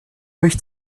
mich